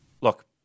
look